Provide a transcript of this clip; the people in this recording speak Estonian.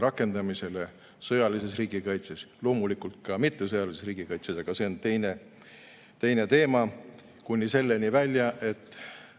rakendamisele sõjalises riigikaitses – loomulikult ka mittesõjalises riigikaitses, aga see on teine teema –, kuni selleni välja,